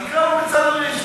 אז נקרא לו בצלאל ריץ'.